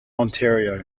ontario